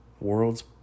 World's